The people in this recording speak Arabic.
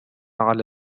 على